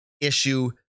issue